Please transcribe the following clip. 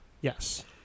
Yes